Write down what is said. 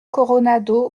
coronado